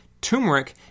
Turmeric